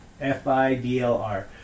f-i-d-l-r